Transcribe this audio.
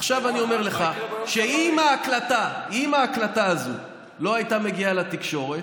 עכשיו אני אומר לך שאם ההקלטה הזאת לא הייתה מגיעה לתקשורת,